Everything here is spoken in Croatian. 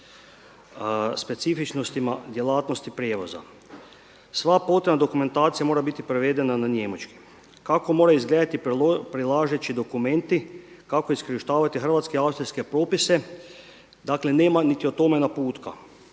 specifičnostima djelatnosti prijevoza. Sva potrebna dokumentacija mora biti prevedena na Njemački. Kako mora izgledati prilažeći dokumenti, kako iskorištavate hrvatske austrijske propise, dakle nema niti o tome naputke.